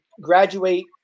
graduate –